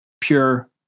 pure